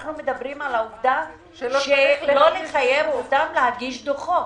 אנחנו מדברים על לא לחייב אותם להגיש דוחות.